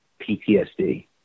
PTSD